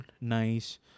nice